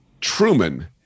Truman